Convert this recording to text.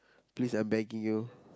please I'm begging you